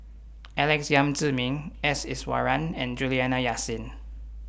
Alex Yam Ziming S Iswaran and Juliana Yasin